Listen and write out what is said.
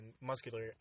muscular